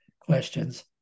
questions